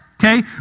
Okay